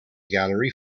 gallery